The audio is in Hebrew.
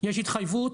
יש התחייבות,